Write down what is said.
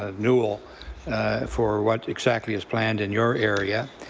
ah newell for what exactly is planned in your area.